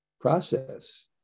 process